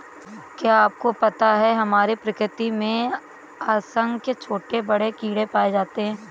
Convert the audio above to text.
क्या आपको पता है हमारी प्रकृति में असंख्य छोटे बड़े कीड़े पाए जाते हैं?